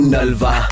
Nalva